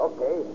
Okay